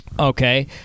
Okay